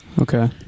Okay